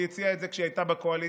היא הציעה את זה כשהיא הייתה בקואליציה,